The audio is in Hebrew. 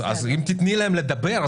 אם תתני להם לדבר,